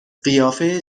قیافه